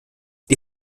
die